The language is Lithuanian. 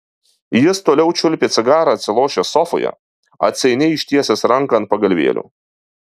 jis toliau čiulpė cigarą atsilošęs sofoje atsainiai ištiesęs ranką ant pagalvėlių